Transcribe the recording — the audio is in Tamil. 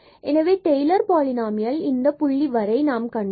எனவே டெய்லர் பாலினாமியல்லை இந்த புள்ளி வரை நாம் கண்டோம்